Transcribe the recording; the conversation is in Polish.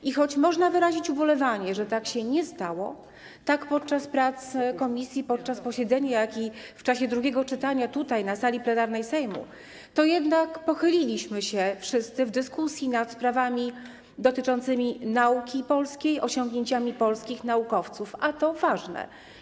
I choć można wyrazić ubolewanie, że tak się nie stało - tak podczas prac komisji, podczas posiedzenia, jak i w czasie drugiego czytania tutaj, na sali plenarnej Sejmu - to jednak pochyliliśmy się wszyscy w dyskusji nad sprawami dotyczącymi nauki polskiej i osiągnięciami polskich naukowców, a to ważne.